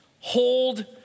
hold